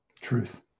Truth